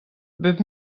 bep